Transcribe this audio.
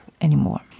anymore